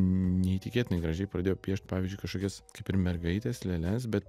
neįtikėtinai gražiai pradėjo piešt pavyzdžiui kažkokias kaip ir mergaites lėles bet